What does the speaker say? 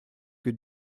que